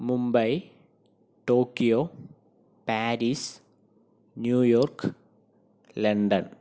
Mumbai Tokyo Paris New York London